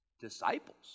disciples